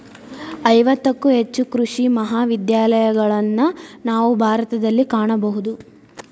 ಐವತ್ತಕ್ಕೂ ಹೆಚ್ಚು ಕೃಷಿ ಮಹಾವಿದ್ಯಾಲಯಗಳನ್ನಾ ನಾವು ಭಾರತದಲ್ಲಿ ಕಾಣಬಹುದು